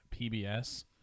PBS